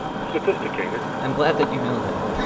but sophisticated i'm glad that you know that